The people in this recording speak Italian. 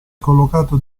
collocato